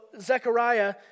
Zechariah